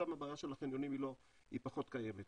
שם הבעיה של החניונים פחות קיימת.